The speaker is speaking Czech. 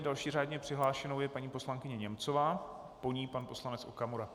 Další řádně přihlášenou je paní poslankyně Němcová, po ní pan poslanec Okamura.